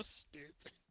stupid